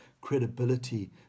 credibility